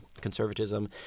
conservatism